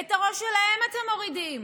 את הראש שלהם אתם מורידים,